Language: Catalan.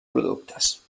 productes